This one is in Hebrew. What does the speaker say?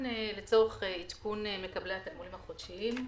לצורך עדכון מקבלי התגמולים החודשיים.